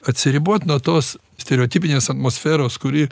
atsiribot nuo tos stereotipinės atmosferos kuri